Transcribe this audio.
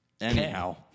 Anyhow